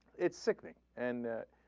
it's sickening and ah.